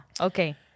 Okay